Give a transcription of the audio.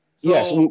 Yes